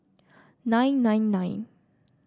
nine nine nine